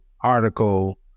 article